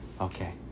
Okay